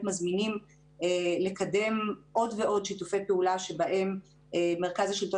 מזמינים לקדם עוד ועוד שיתופי פעולה שבהם מרכז השלטון